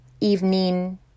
evening